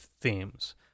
themes